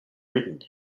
written